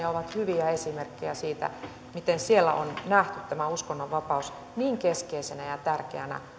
ovat hyviä esimerkkejä siitä miten siellä on nähty tämä uskonnonvapaus niin keskeisenä ja tärkeänä